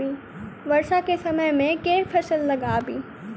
वर्षा केँ समय मे केँ फसल लगाबी?